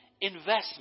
investment